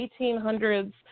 1800s